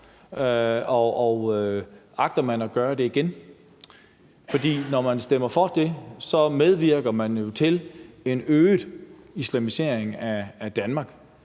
Agter man at gøre det igen? For når man stemmer for det, medvirker man jo til en øget islamisering af Danmark.